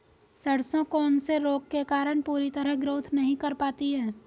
सरसों कौन से रोग के कारण पूरी तरह ग्रोथ नहीं कर पाती है?